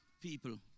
people